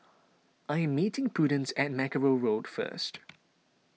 I am meeting Prudence at Mackerrow Road first